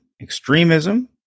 Extremism